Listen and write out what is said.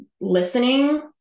listening